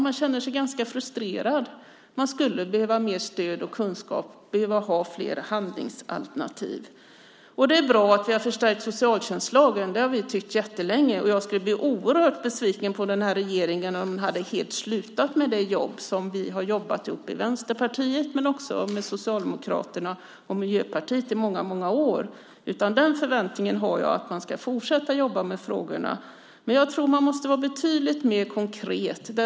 Man känner sig ganska frustrerad. Man skulle behöva ha mer stöd och kunskap, behöva ha flera handlingsalternativ. Det är bra att vi har förstärkt socialtjänstlagen. Det har vi tyckt jättelänge. Jag skulle bli oerhört besviken på den här regeringen om den helt hade slutat med det jobb som vi har jobbat ihop i Vänsterpartiet men också med Socialdemokraterna och Miljöpartiet i många år. Jag har förväntningen att man ska fortsätta att jobba med frågorna. Men jag tror att man måste vara betydligt mer konkret.